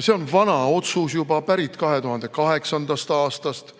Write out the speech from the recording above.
see on juba vana otsus, pärit 2008. aastast.